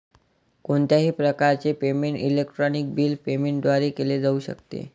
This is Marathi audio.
कोणत्याही प्रकारचे पेमेंट इलेक्ट्रॉनिक बिल पेमेंट द्वारे केले जाऊ शकते